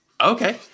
okay